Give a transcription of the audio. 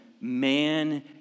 man